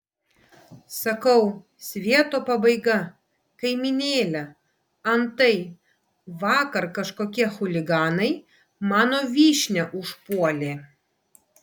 sakau svieto pabaiga kaimynėle antai vakar kažkokie chuliganai mano vyšnią užpuolė